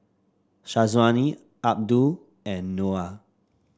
Syazwani Abdul and Noah